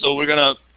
so we're going to